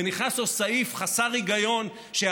ונכנס לו סעיף חסר היגיון,